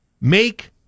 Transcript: make